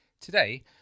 Today